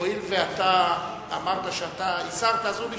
הואיל ואתה אמרת שאתה הסרת, אז הוא נשאר.